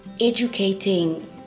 educating